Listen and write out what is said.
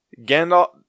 Gandalf